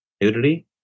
Nudity